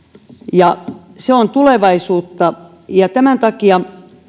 ja se on tulevaisuutta ja tämän takia